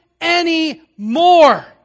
anymore